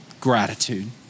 Gratitude